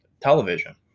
television